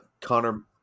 Connor